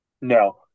No